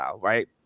Right